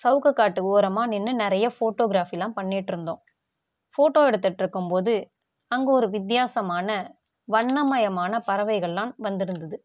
சவுக்கு காட்டு ஓரமாக நின்று நிறைய ஃபோட்டோக்ராஃபிலாம் பண்ணிட்ருந்தோம் ஃபோட்டோ எடுத்துட்ருக்கும்போது அங்க ஒரு வித்யாசமான வண்ணமயமான பறவைகள்லாம் வந்துருந்தது